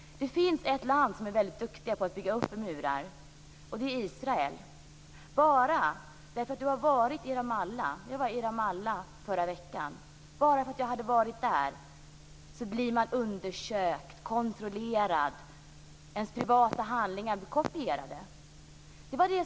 Det finns ett land som är duktigt på att bygga upp murar, och det är Israel. Jag var i Ramallah i förra veckan och vet att den som har varit där blir undersökt och kontrollerad, och privata handlingar blir kopierade.